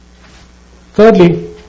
thirdly